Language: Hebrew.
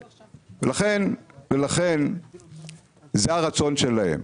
לכן, זה הרצון שלהם.